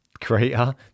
creator